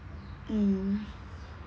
mm